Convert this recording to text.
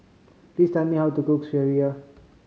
please tell me how to cook sireh